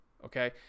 Okay